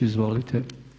Izvolite.